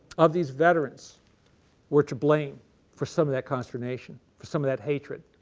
of these veterans were to blame for some of that consternation. for some of that hatred.